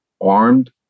armed